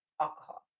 alcohol